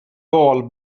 ball